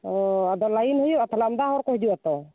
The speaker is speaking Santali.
ᱟᱫᱚ ᱞᱟᱭᱤᱱ ᱦᱩᱭᱩᱜᱼᱟ ᱛᱟᱦᱚᱞᱮ ᱟᱢᱫᱟ ᱦᱚᱲᱠᱚ ᱦᱤᱡᱩᱜᱼᱟ ᱛᱚ